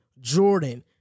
Jordan